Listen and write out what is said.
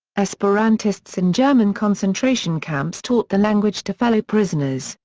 esperantists in german concentration camps taught the language to fellow prisoners,